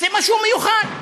זה משהו מיוחד.